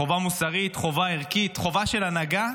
חובה מוסרית, חובה ערכית, חובה של הנהגה,